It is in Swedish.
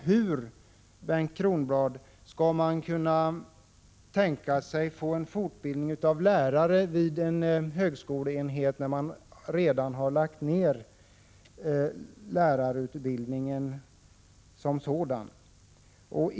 Hur, Bengt Kronblad, skall man kunna tänka sig att få fortbildning av lärare vid en högskoleenhet när man redan har lagt ned lärarutbildningen som sådan?